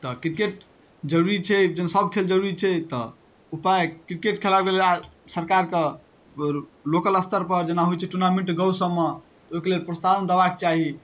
तऽ क्रिकेट जरुरी छै जहन सब खेल जरुरी छै तऽ उपाय क्रिकेट खेलाइ लए सरकारके लोकल स्तरपर जेना होइ छै टूर्नामेंट गाँव सबमे तऽ ओइके लेल प्रोत्साहन देबाक चाही